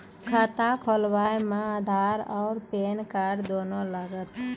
खाता खोलबे मे आधार और पेन कार्ड दोनों लागत?